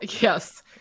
Yes